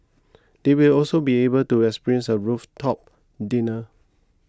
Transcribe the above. they will also be able to experience a rooftop dinner